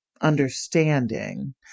understanding